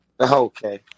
Okay